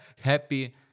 happy